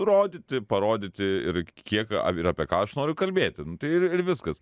rodyti parodyti ir kiek ir apie ką aš noriu kalbėti ir ir viskas